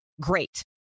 Great